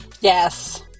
Yes